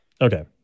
Okay